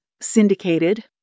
syndicated